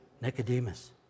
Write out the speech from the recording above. Nicodemus